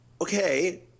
okay